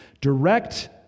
Direct